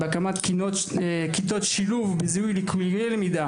בהקמת כיתות שילוב ובזיהוי ליקויי למידה